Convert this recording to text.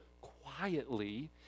quietly